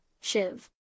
Shiv